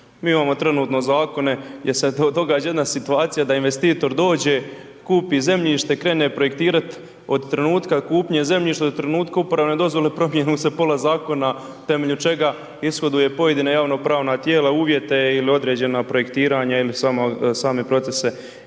Mi imamo trenutno zakone jer se događa jedna situacija da investitor dođe, kupi zemljište, krene projektirat, od trenutka kupnje zemljišta do trenutka uporabne dozvole promijeni mu se pola zakona temelju čega ishoduje pojedina javnopravna tijela uvjete ili određena projektiranja ili samo, same procese